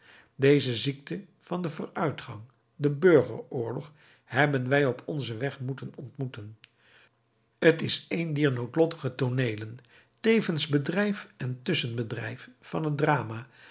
deze ziekte van den vooruitgang den burgeroorlog hebben wij op onzen weg moeten ontmoeten t is een dier noodlottige tooneelen tevens bedrijf en tusschenbedrijf van het drama